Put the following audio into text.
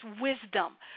wisdom